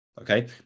okay